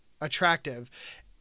attractive